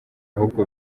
ahubwo